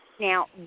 Now